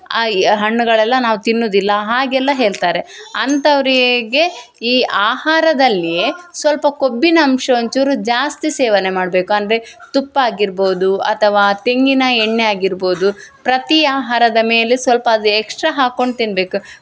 ಆಯ್ ಹಣ್ಣುಗಳೆಲ್ಲ ನಾವು ತಿನ್ನೋದಿಲ್ಲ ಹಾಗೆಲ್ಲ ಹೇಳ್ತಾರೆ ಅಂತವರಿಗೆ ಈ ಆಹಾರದಲ್ಲಿಯೆ ಸ್ವಲ್ಪ ಕೊಬ್ಬಿನ ಅಂಶ ಒಂಚೂರು ಜಾಸ್ತಿ ಸೇವನೆ ಮಾಡಬೇಕು ಅಂದರೆ ತುಪ್ಪ ಆಗಿರ್ಬೋದು ಅಥವಾ ತೆಂಗಿನ ಎಣ್ಣೆ ಆಗಿರ್ಬೋದು ಪ್ರತಿ ಆಹಾರದ ಮೇಲೆ ಸ್ವಲ್ಪ ಅದು ಎಕ್ಸ್ಟ್ರಾ ಹಾಕ್ಕೊಂಡು ತಿನ್ಬೇಕು